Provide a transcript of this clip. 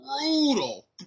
brutal